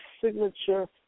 signature